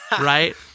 Right